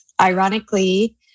Ironically